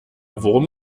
worum